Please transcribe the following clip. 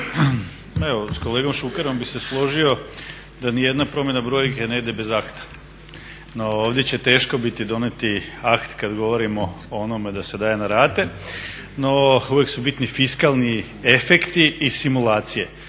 s kolegom Šukerom bi se složio da nijedna promjena brojke ne ide bez akta. No ovdje će teško biti donijeti akt kada govorimo o onome da se daje na rate, no uvijek su bitni fiskalni efekti i simulacije.